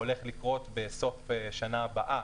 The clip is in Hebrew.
הולך לקרות בסוף השנה הבאה,